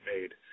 made